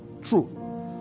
true